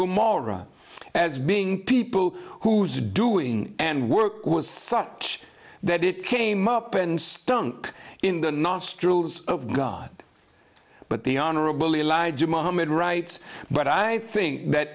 gomorrah as being people whose doing and work was such that it came up and stunk in the nostrils of god but the honorable elijah muhammad writes but i think that